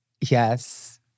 Yes